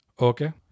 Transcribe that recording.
Okay